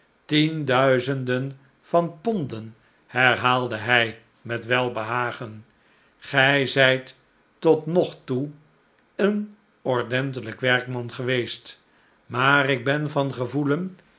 tienduizenden van pon den herhaalde hij met welbehagen gij zijt tot nog toe een ordentelijk werkman geweest maar ik ben van gevoelen